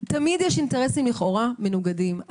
תמיד יש אינטרסים לכאורה מנוגדים.